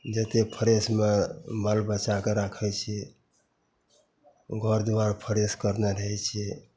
जतेक फ्रेशमे बाल बच्चाके राखै छिए ओ घर दुआर फ्रेश करने रहै छिए